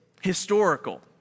historical